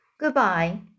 Goodbye